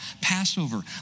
Passover